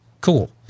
cool